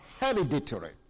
hereditary